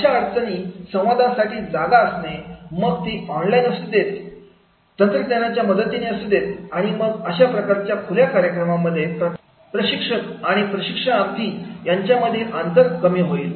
अशा संवादासाठी जागा असणे मग ती ऑनलाईन असू देत तंत्रज्ञानाच्या मदतीने आणि अशा प्रकारच्या खुल्या कार्यक्रमांमध्ये प्रशिक्षक आणि प्रशिक्षणार्थी यांच्यामधील अंतर कमी होईल